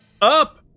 up